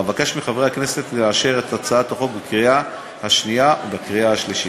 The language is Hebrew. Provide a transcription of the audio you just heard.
אבקש מחברי הכנסת לאשר את הצעת החוק בקריאה השנייה ובקריאה השלישית.